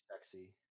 sexy